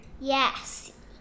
Yes